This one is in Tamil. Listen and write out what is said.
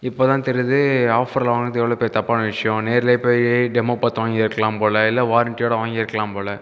இப்போ தான் தெரியுது ஆஃபரில் வாங்கினது எவ்வளோ பெரிய தப்பான விஷயம் நேரில் போய் டெமோ பார்த்து வாங்கியிருக்கலாம் போல இல்லை வாரண்ட்டியோட வாங்கியிருக்கலாம் போல